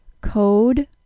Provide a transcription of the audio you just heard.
Code